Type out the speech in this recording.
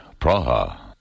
Praha